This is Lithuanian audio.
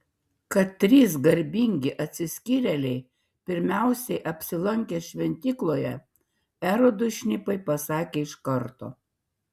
kad trys garbingi atsiskyrėliai pirmiausiai apsilankė šventykloje erodui šnipai pasakė iš karto